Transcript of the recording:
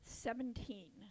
Seventeen